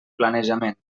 planejament